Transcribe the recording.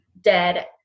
dead